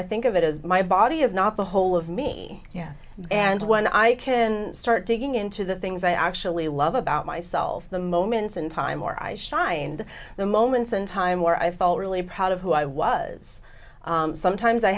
i think of it as my body is not the whole of me yeah and when i can start digging into the things i actually love about myself the moments in time or i shy and the moments in time where i felt really proud of who i was sometimes i